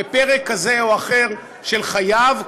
בפרק כזה או אחר של חייו,